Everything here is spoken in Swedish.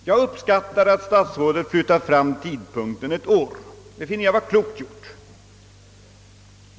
Jag uppskattar att statsrådet flyttat fram tidpunkten ett år; det finner jag vara klokt gjort.